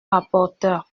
rapporteur